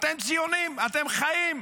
אתם ציונים, אתם חיים,